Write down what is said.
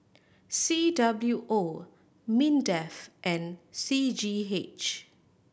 C W O MINDEF and C G H